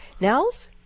nels